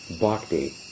bhakti